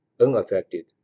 unaffected